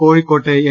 കോഴിക്കോട്ട് എൽ